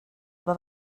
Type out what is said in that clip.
efo